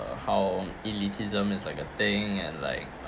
how elitism is like a thing and like